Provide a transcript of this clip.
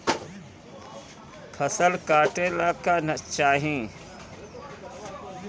फसल काटेला का चाही?